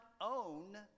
own